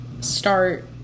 Start